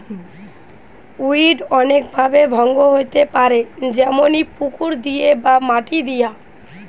weed অনেক ভাবে ভঙ্গ হইতে পারে যেমনি পুকুর দিয়ে বা মাটি দিয়া